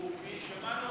שמענו